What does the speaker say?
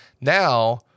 Now